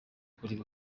kuri